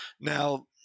Now